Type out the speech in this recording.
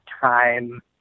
time